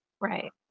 Right